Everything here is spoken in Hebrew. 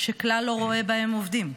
שכלל לא רואה בהם עובדים.